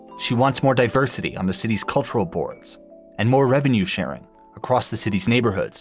she wants more diversity on the city's cultural boards and more revenue sharing across the city's neighborhoods